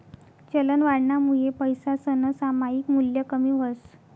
चलनवाढनामुये पैसासनं सामायिक मूल्य कमी व्हस